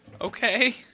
Okay